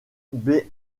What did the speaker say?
béarn